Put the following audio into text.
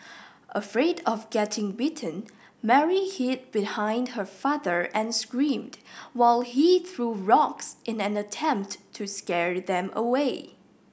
afraid of getting bitten Mary hid behind her father and screamed while he threw rocks in an attempt to scare them away